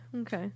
Okay